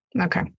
Okay